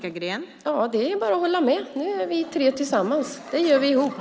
Fru talman! Det är bara att hålla med. Det är vi tre tillsammans. Det gör vi ihop.